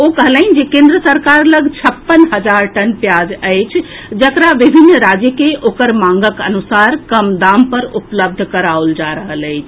ओ कहलनि जे केन्द्र सरकार लऽग छप्पन हजार टन प्याज अछि जकरा विभिन्न राज्य के ओकर मांगक अनुसार कम दाम पर उपलब्ध कराओल जा रहल अछि